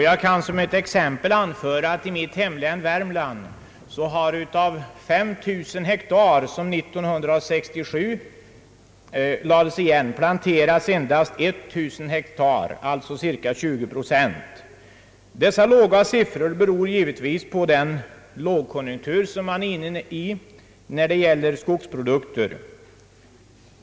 Jag kan som ett exempel anföra att i mitt hemlän Värmland har av 5000 hektar, som 1967 lades igen, endast 19000 hektar planterats, alltså cirka 20 procent. Dessa siffror beror givetvis på den lågkonjunktur som man nu är inne i när det gäller skogsprodukter.